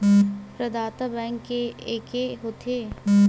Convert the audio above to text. प्रदाता बैंक के एके होथे?